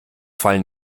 fallen